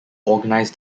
organize